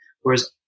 whereas